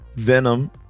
Venom